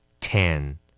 Ten